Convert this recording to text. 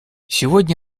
сегодня